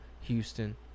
Houston